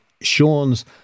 Sean's